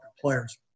players